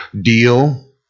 deal